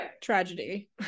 tragedy